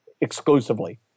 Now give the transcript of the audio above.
exclusively